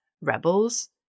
Rebels